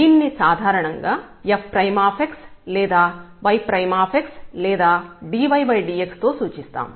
దీనిని సాధారణంగా f లేదా y లేదా dydx తో సూచిస్తాము